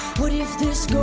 what if this